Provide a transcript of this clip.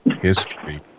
history